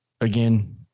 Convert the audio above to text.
again